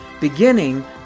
beginning